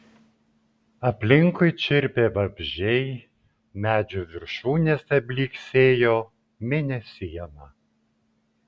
aplinkui čirpė vabzdžiai medžių viršūnėse blyksėjo mėnesiena